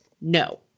No